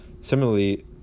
similarly